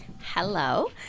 Hello